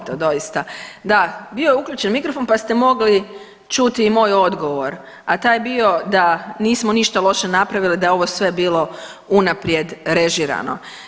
Duhovito doista, da bio je uključen mikrofon, pa ste mogli čuti i moj odgovor, a taj je bio da nismo ništa loše napravili, da je ovo sve bilo unaprijed režirano.